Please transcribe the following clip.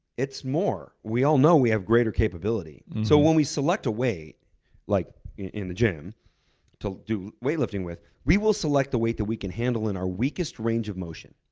it's more. we all know we have greater capability. so when we select a weight like in the gym to do weightlifting with, we will select the weight that we can handle in our weakest range of motion.